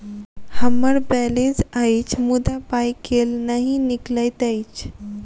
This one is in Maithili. हम्मर बैलेंस अछि मुदा पाई केल नहि निकलैत अछि?